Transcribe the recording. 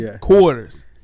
quarters